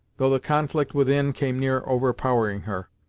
though the conflict within came near overpowering her.